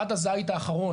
עד הזית האחרון,